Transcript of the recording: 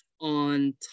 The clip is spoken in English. on